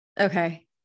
Okay